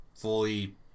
fully